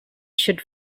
should